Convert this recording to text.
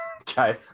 Okay